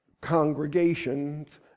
congregations